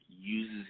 uses